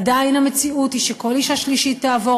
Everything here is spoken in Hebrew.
עדיין המציאות היא שכל אישה שלישית תעבור